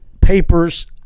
papers